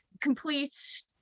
complete